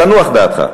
תנוח דעתך,